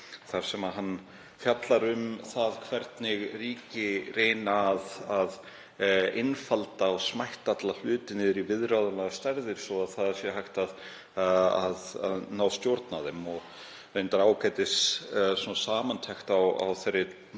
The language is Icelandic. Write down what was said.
þar sem hann fjallar um það hvernig ríki reyna að einfalda og smætta alla hluti niður í viðráðanlegar stærðir svo að hægt sé að ná stjórn á þeim. Reyndar er ágætissamantekt á þeirri